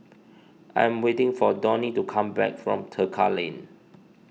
I am waiting for Donie to come back from Tekka Lane